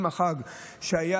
עם החג שהיה,